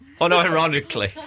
unironically